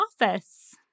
office